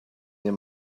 near